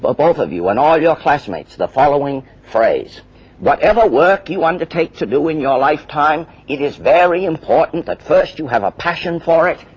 ah both of you, and all your classmates, the following phrase whatever work you undertake to do in your lifetime, it is very important that first you have a passion for it,